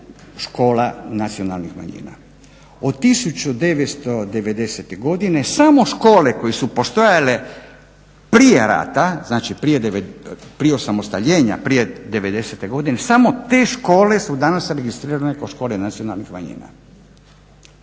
škola nacionalnih manjina. Od 1990. godine samo škole koje su postojale prije rata, znači prije osamostaljenja, prije devedesete godine samo te škole su danas registrirane kao škole nacionalnih manjina.